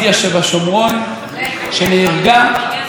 התקשורת לא מפסיקה להתעסק בנושא,